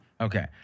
Okay